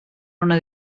una